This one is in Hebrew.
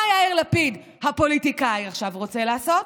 מה יאיר לפיד הפוליטיקאי עכשיו רוצה לעשות?